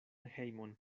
hejmon